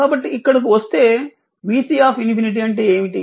కాబట్టి ఇక్కడకు వస్తే vC∞ అంటే ఏమిటి